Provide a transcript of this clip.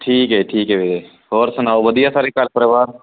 ਠੀਕ ਹੈ ਠੀਕ ਹੈ ਵੀਰੇ ਹੋਰ ਸੁਣਾਓ ਵਧੀਆ ਸਾਰੇ ਘਰ ਪਰਿਵਾਰ